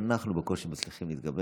כשאנחנו בקושי מצליחים להתגבר,